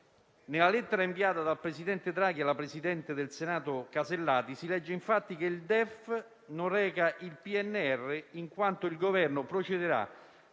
Nella lettera inviata dal presidente Draghi al presidente del Senato Alberti Casellati si legge, infatti, che il DEF non reca il PNR in quanto il Governo procederà,